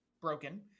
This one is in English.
broken